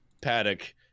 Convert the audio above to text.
Paddock